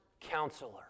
Counselor